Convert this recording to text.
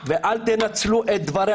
זה מותנה בכך שהם יחזירו את המקדמות,